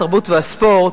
התרבות והספורט,